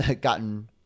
gotten